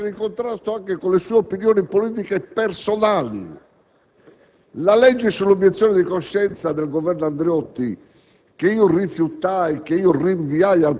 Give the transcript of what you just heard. Quando sono stato Presidente della Repubblica ho rinviato al Parlamento la legge sull'obiezione di coscienza perché il ruolo di un Capo dello Stato e